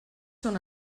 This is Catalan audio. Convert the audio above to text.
són